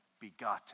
begotten